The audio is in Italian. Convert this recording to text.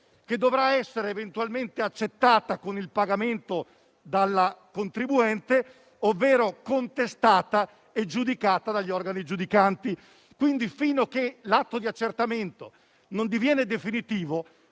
che dovrà essere eventualmente accettato con il pagamento dal contribuente, ovvero contestato e giudicato dagli organi giudicanti. Pertanto, finché l'atto di accertamento non diviene definitivo,